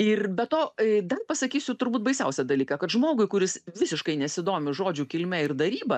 ir be to dar pasakysiu turbūt baisiausią dalyką kad žmogui kuris visiškai nesidomi žodžių kilme ir daryba